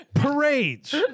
Parades